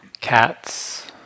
cats